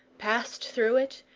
passed through it,